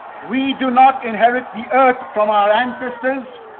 we do not inherit the earth from our ancestors,